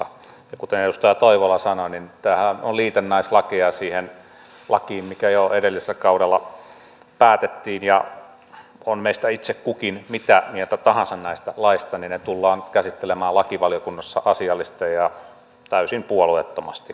ja kuten edustaja toivola sanoi niin nämähän ovat liitännäislakeja siihen lakiin mikä jo edellisellä kaudella päätettiin ja on meistä itse kukin mitä mieltä tahansa näistä laeista niin ne tullaan käsittelemään lakivaliokunnassa asiallisesti ja täysin puolueettomasti